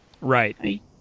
Right